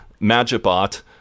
Magibot